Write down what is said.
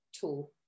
tool